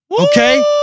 Okay